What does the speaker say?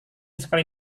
sekali